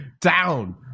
down